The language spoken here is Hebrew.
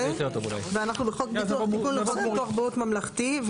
בחוק ביטוח בריאות ממלכתי,